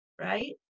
Right